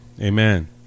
amen